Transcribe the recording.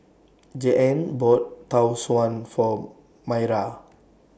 Jeanne bought Tau Suan For Mayra